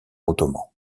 ottoman